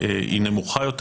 נמוכה יותר.